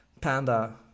Panda